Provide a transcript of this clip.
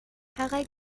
harald